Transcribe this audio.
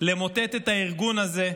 למוטט את הארגון הזה,